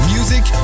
Music